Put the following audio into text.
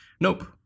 Nope